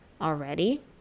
already